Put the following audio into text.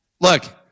look